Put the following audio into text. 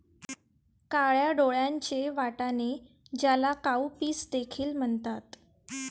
काळ्या डोळ्यांचे वाटाणे, ज्याला काउपीस देखील म्हणतात